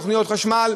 תוכניות חשמל.